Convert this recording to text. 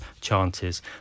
chances